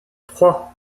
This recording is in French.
trois